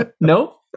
No